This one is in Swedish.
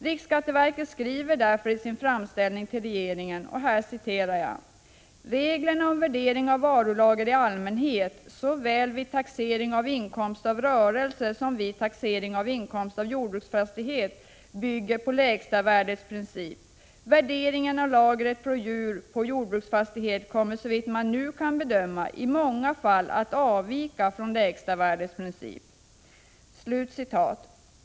Riksskatteverket skriver därför i sin framställning till regeringen: ”Reglerna om värdering av varulager i allmänhet såväl vid taxering av inkomst av rörelse som vid taxering av inkomst av jordbruksfastighet bygger på lägsta värdets princip. Värdering av lagret av djur på jordbruksfastighet kommer, såvitt man nu kan bedöma, i många fall att avvika från lägsta värdets princip”.